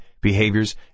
behaviors